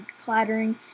clattering